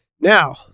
Now